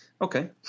okay